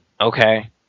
Okay